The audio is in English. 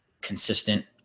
consistent